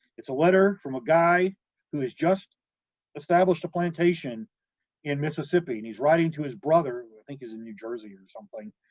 it's a letter from a guy who has just established a plantation in mississippi and he's writing to his brother, i think he's in new jersey or something,